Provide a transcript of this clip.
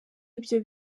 ibyo